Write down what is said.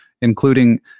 including